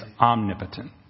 omnipotent